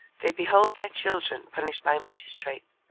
they behold their children punished by magistrates,